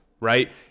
right